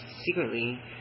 secretly